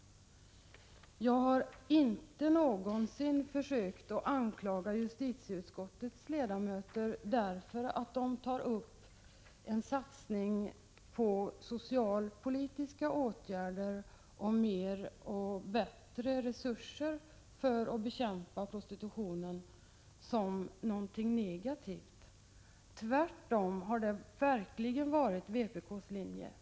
Jag har aldrig någonsin försökt anklaga justitieutskottets ledamöter därför att de vill satsa på socialpolitiska åtgärder och mer och bättre resurser då det gäller att bekämpa prostitutionen. Tvärtom har detta verkligen varit vpk:s linje.